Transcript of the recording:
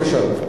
בבקשה.